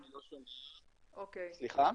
סליחה?